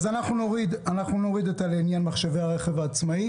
אנחנו נסיר את המילים: לעניין מחשבי הרכב העצמאי.